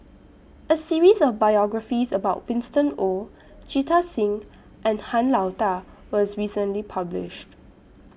A series of biographies about Winston Oh Jita Singh and Han Lao DA was recently published